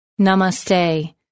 Namaste